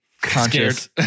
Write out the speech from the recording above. conscious